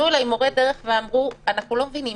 אלי מורי דרך ואמרו: אנחנו לא מבינים,